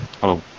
Hello